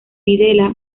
videla